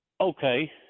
okay